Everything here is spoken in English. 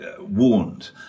warned